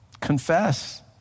confess